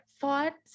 thoughts